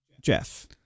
Jeff